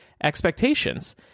expectations